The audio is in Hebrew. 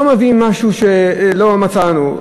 לא מביאים משהו שלא מצאנו.